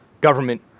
government